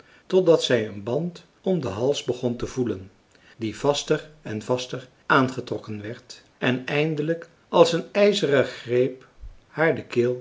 totdat zij een band om den hals begon te voelen die vaster en vaster aangetrokken werd en eindelijk als een ijzeren greep haar de